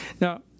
Now